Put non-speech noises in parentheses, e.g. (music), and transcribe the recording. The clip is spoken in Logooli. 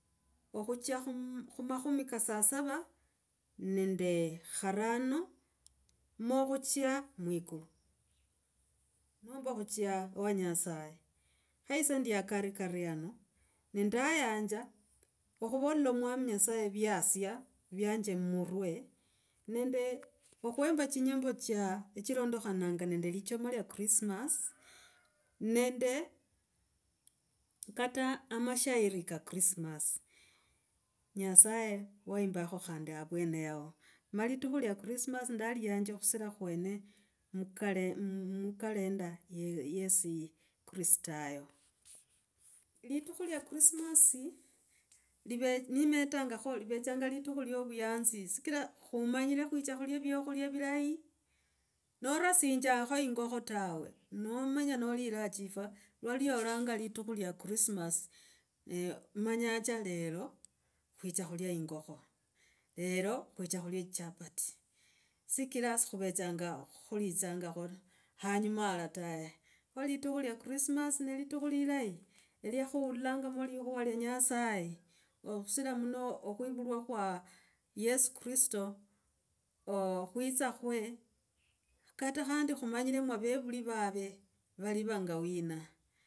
Okhucha khum khumakhumi kaa saa saba, nende karano. Mokhuchia mwiku, nomba khuchia wa nyasaye. Kha ise ndi akarikari hano, nendayanza, okhuvolila omwami nyasaye viasa, vyanje murwe nende okhwimba chinyimbo cha chilondekhananga nende lisomo lya krismas. Nende (hesitation) kata amashairi ka krismas. Nyasaye waimbakho khandi avwene yahoo. Ma litukhu lya krismas ndalayanza khusira khwene mkale mukalenda ye si sikristayo. Litukhu lya krismas ndipee nimetakangakho livetsa litukhu iyo ovuyanzi sikira, khumanyire khwicha khulia vyakhulya vilahi. norasinjakho ingokho tawe, nomanya nolira chifwa lwaliolanga litukhu lya krismas, ee manya cha lero, kwicha khulia ingokho, lero khwicha khulia chichapati, sikiraa sikhuvetsanga khulitsangakho anyuma alya tahe. Kho litukhu lya krismas, nelitikhu lilahi, lyakhuulangamo likhuva lya nyasaye, okhusira muno okhwivulwa khwa yesu kristo, okhwitsa khwe, kata khandi khumanyire avevuli vave vali vanga wina.